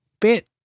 bit